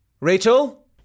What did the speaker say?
Rachel